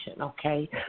okay